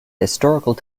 historical